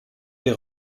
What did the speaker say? des